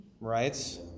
Right